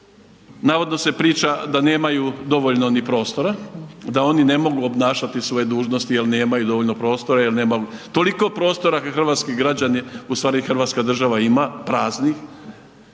Navodno se priča da nemaju dovoljno ni prostora, da oni ne mogu obnašati svoje dužnosti jel nemaju dovoljno prostora, jel nema, toliko prostora hrvatski građani ustvari Hrvatska država ima praznih